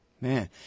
Man